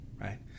right